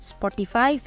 Spotify